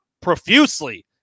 profusely